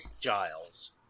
Giles